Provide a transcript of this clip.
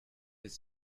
his